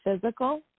physical